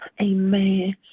Amen